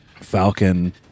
Falcon